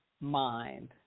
mind